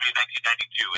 1992